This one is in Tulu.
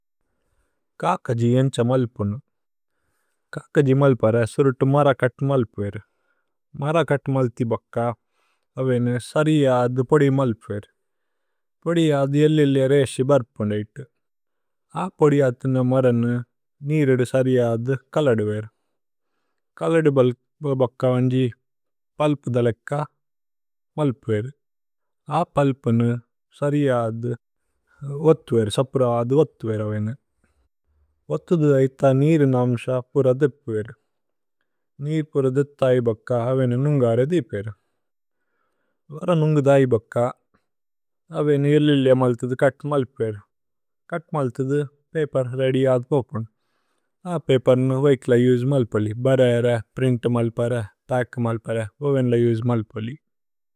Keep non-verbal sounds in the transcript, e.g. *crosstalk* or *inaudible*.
കകജി ഏന്ഛ മല്പുനു കകജി മല്പര സുരുത്। മരകത് മല്പ്വേരു മരകത് മല്ഥി ബക്ക അവേനി। സരിജദു പോദി മല്പ്വേരു പോദി അധി ഏല്ലിലേ രേസി। ബര്പുന്ദേതു അ പോദി അതിന മരനു നിരിദു സരിജദു। കലദുവേരു കലദു ബക്ക വന്ജി പല്പ് ദലക്ക। മല്പ്വേരു മല്പ്വേരു അ പല്പുനു സരിജദു ഓത്വ്വേരു। *hesitation* സപുരദു ഓത്വ്വേരു അവേനി ഓത്ഥുദു। ഐഥ നിരിനമിസ പുരദിപ്വേരു നിര് പുരദിപ്ത। ഐബക്ക അവേനി നുന്ഗരദിപേരു വരനുന്ഗുധ। ഐബക്ക അവേനി ഏല്ലിലേ മല്ഥിദു കത് മല്പ്വേരു। കത് മല്ഥിദു പേപര് രദിയദു പോപുന്ദു അ। പേപരുനു വേഇക്ല ജുജ് മല്പ്വലി ഭരേര പ്രിന്ത്। മല്പര പച്ക് മല്പര ഓവേന്ല ജുജ് മല്പ്വലി।